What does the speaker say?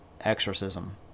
exorcism